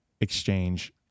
exchange